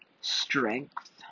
Strength